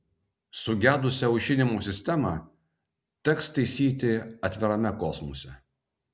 sugedusią aušinimo sistemą teks taisyti atvirame kosmose